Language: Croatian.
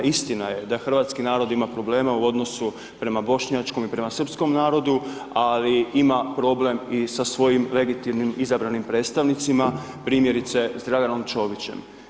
Istina je da hrvatski narod ima problema u odnosu prema bošnjačkom ili srpskom narodu, ali ima problem i sa svojim legitimnim izabranim predstavnicima, primjerice s Draganom Čovićem.